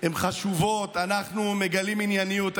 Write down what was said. הן חשובות, אנחנו מגלים ענייניות.